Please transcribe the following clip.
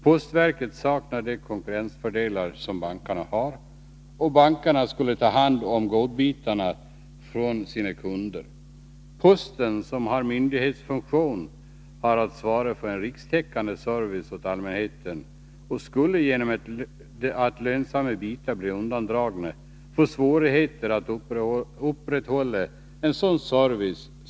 Postverket saknar de konkurrensfördelar som bankerna har, och bankerna skulle ta hand om godbitarna från sina kunder. Posten, som har myndighetsfunktion, har att svara för en rikstäckande service åt allmänheten och skulle genom ett undantagande av lönsamma bitar få svårigheter att upprätthålla sin service.